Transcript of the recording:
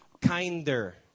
kinder